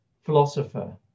philosopher